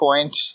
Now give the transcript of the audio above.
point